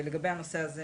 לגבי הנושא הזה